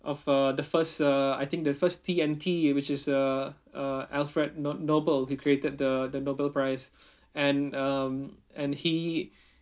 of uh the first uh I think the first T_N_T which is uh uh alfred no~ nobel he created the the nobel prize and um and he